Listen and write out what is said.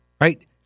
Right